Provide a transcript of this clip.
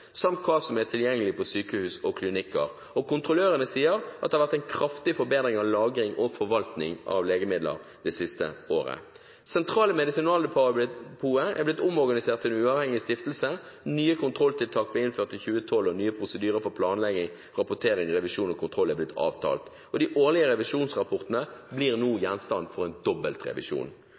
samt hva som er tilgjengelig på sykehus og klinikker. Kontrollørene sier at det har vært en kraftig forbedring av lagring og forvaltning av legemidler det siste året. Det sentrale medisinaldepotet er blitt omorganisert til en uavhengig stiftelse, nye kontrolltiltak ble innført i 2012, nye prosedyrer for planlegging, rapportering, revisjon og kontroll er blitt avtalt, og de årlige revisjonsrapportene blir nå gjenstand for en